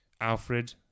Alfred